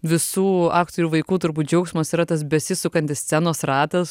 visų aktorių vaikų turbūt džiaugsmas yra tas besisukantis scenos ratas